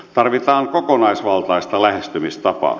tarvitaan kokonaisvaltaista lähestymistapaa